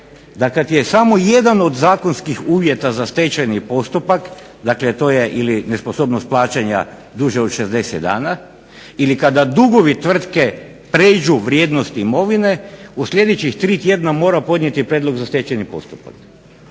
da kada je samo jedan od zakonskih uvjeta za stečajni postupak? Dakle to je ili nesposobnost plaćanja duže od 60 dana ili kada dugovi tvrtke prijeđu vrijednosti imovine, u sljedećih tri tjedna mora podnijeti prijedlog za stečajni postupak.